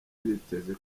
biteze